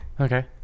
Okay